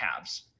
Cavs